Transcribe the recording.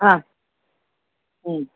हां